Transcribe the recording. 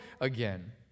again